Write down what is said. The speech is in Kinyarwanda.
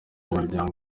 umuryango